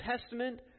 Testament